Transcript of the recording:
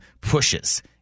pushes